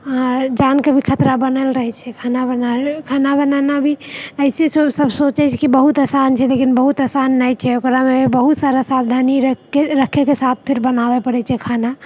आओर जानके भी खतरा बनल रहै छै खाना बनाबै खाना बनाना भी अइसे सब सोचै छै कि बहुत आसान छै लेकिन बहुत आसान नहि छै ओकरामे बहुत सारा सावधानी रखैके साथ फेर बनाबऽ पड़ै छै खाना